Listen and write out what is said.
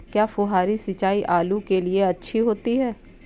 क्या फुहारी सिंचाई आलू के लिए अच्छी होती है?